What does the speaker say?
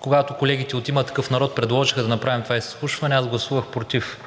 когато колегите от „Има такъв народ“ предложиха да направим това изслушване, аз гласувах против,